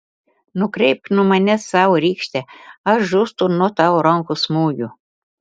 nukreipk nuo manęs savo rykštę aš žūstu nuo tavo rankos smūgių